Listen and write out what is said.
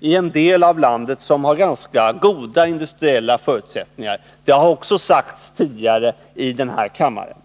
i en del av landet som i och för sig har ganska goda industriella förutsättningar. Detta har också sagts tidigare i kammaren.